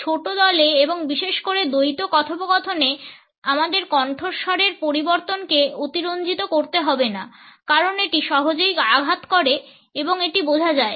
ছোট দলে এবং বিশেষ করে দ্বৈত কথোপকথনে আমাদের ভয়েস কণ্ঠস্বরের পরিবর্তনকে অতিরঞ্জিত করতে হবে না কারণ এটি সহজেই আঘাত করে এবং এটি বোঝা যায়